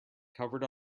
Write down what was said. covered